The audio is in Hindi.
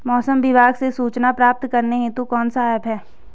मौसम विभाग से सूचना प्राप्त करने हेतु कौन सा ऐप है?